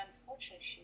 unfortunately